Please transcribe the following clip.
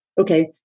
Okay